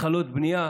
התחלות בנייה